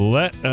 let